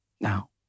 Now